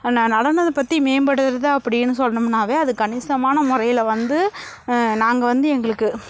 நடனத்தை பற்றி மேம்படுகிறது அப்படின்னு சொன்னமுன்னாவே அது கனிசமான முறையில வந்து நாங்கள் வந்து எங்களுக்கு